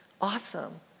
awesome